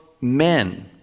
men